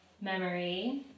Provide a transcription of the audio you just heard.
memory